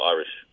Irish